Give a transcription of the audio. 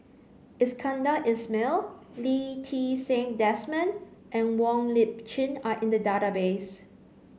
Iskandar Ismail Lee Ti Seng Desmond and Wong Lip Chin are in the database